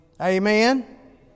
Amen